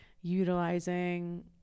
utilizing